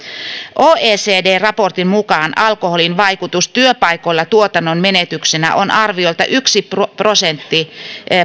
oecd raportin mukaan alkoholin vaikutus työpaikoilla tuotannon menetyksenä on arviolta yksi prosentti